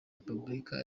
repubulika